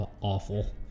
awful